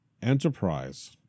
Enterprise